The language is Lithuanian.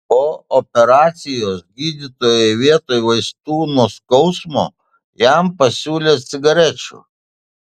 po operacijos gydytojai vietoj vaistų nuo skausmo jam pasiūlė cigarečių